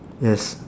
yes